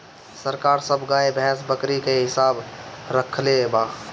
सरकार सब गाय, भैंस, बकरी के हिसाब रक्खले बा